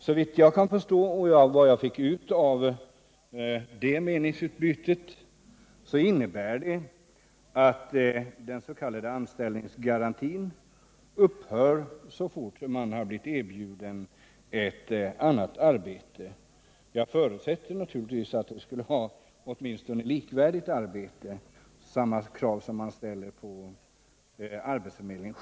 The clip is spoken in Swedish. Såvitt jag kan förstå av det meningsutbytet upphör den s.k. anställningsgarantin så fort man blivit erbjuden ett arbete. Men jag förutsätter naturligtvis att det skall vara åtminstone ett likvärdigt arbete — samma krav som vid arbetsförmedling.